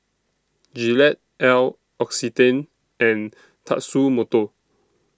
Gillette L'Occitane and Tatsumoto